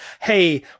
Hey